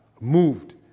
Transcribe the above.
moved